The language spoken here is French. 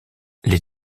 les